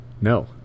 No